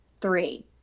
three